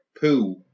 poo